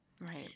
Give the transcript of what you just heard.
Right